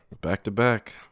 Back-to-back